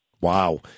Wow